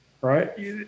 right